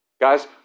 Guys